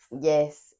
yes